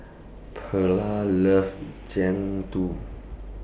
Pearla loves Jian